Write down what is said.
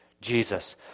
Jesus